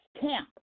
camp